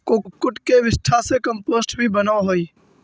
कुक्कुट के विष्ठा से कम्पोस्ट भी बनअ हई